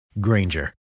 Granger